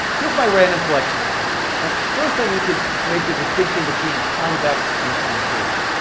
here's my random collection of points. now, first i need to make the distinction between convex and concave.